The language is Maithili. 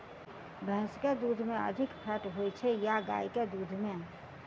भैंस केँ दुध मे अधिक फैट होइ छैय या गाय केँ दुध में?